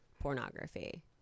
pornography